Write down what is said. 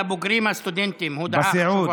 הוא פונה לבוגרים הסטודנטים, הודעה חשובה.